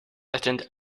attend